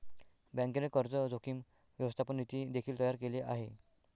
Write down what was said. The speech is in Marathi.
बँकेने कर्ज जोखीम व्यवस्थापन नीती देखील तयार केले आहे